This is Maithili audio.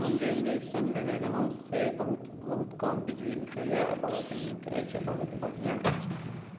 हम जे इंडक्शन लेने रहौँ से बहुत बहुत कम बिजली उठैए आ बहुत नीक अछि आ बहुत बढ़ियाँ अछि